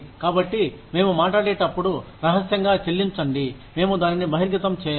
కాబట్టి మేము మాట్లాడేటప్పుడు రహస్యంగా చెల్లించండి మేము దానిని బహిర్గతం చేయము